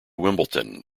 wimbledon